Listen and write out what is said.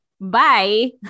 bye